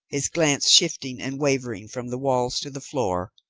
his glance shifting and wavering from the walls to the floor,